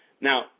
Now